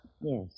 Yes